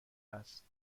است